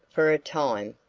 for a time,